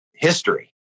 history